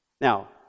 Now